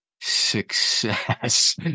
success